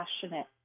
passionate